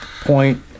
point